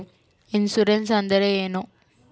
Insurance ಅಂದ್ರೇನು?